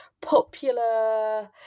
popular